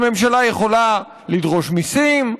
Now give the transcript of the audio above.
הממשלה יכולה לשנות את המיסים,